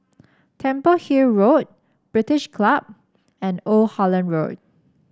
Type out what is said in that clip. Temple Hill Road British Club and Old Holland Road